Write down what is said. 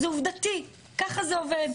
זה עובדתי, ככה זה עובד.